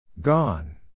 Gone